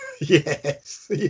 Yes